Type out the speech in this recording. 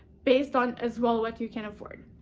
based on as well what you can afford.